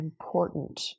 important